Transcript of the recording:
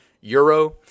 euro